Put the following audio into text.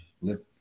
Look